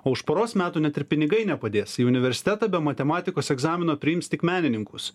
o už poros metų net ir pinigai nepadės į universitetą be matematikos egzamino priims tik menininkus